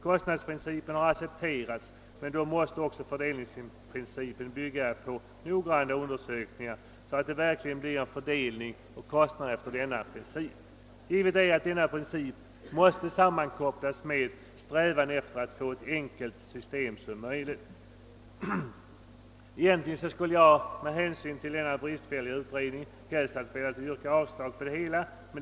Kostnadsprincipen har accepterats, men då måste också fördelningsprincipen bygga på noggranna undersökningar så att det verkligen blir en fördelning av kostnaderna enligt denna princip. Givet är att denna princip måste sammankopplas med strävan efter att få ett så enkelt system som möjligt. Egentligen skulle jag med hänsyn till denna bristfälliga utredning helst vilja yrka avslag på propositionen.